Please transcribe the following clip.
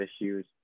issues